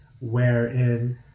wherein